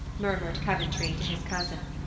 murmured coventry to his cousin.